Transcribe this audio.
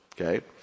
Okay